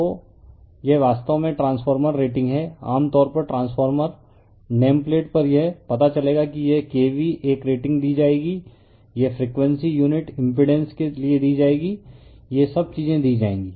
तो यह वास्तव में ट्रांसफॉर्मर रेटिंग है आम तौर पर ट्रांसफार्मर नेमप्लेट पर यह पता चलेगा कि यह K V एक रेटिंग दी जाएगी यह फ्रीक्वेंसी यूनिट इम्पिड़ेंस के लिए दी जाएगी यह सब चीजें दी जाएंगी